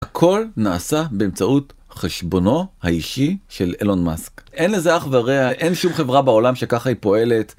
הכל נעשה באמצעות חשבונו האישי של אילון מאסק. אין לזה אח ורע, אין שום חברה בעולם שככה היא פועלת.